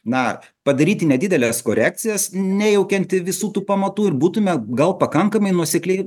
na padaryti nedideles korekcijas nejaukiant visų tų pamatų ir būtume gal pakankamai nuosekliai